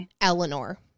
Eleanor